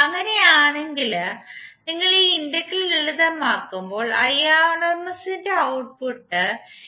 അങ്ങനെയാണെങ്കിൽ നിങ്ങൾ ഈ ഇന്റഗ്രൽ ലളിതമാക്കുമ്പോൾ Irms ന്റെ ഔട്ട്പുട്ട് 8